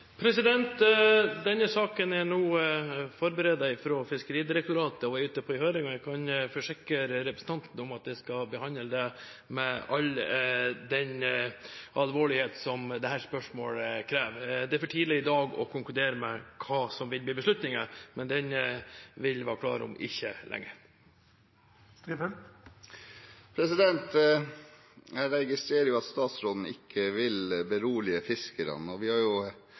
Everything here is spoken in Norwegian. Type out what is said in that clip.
Denne saken er nå forberedt fra Fiskeridirektoratet og er ute på høring, og jeg kan forsikre representanten at jeg skal behandle den med all den alvorlighet som dette spørsmålet krever. Det er for tidlig i dag å konkludere hva som vil bli beslutningen, men den vil være klar om ikke lenge. Jeg registrerer at statsråden ikke vil berolige fiskerne. Vi har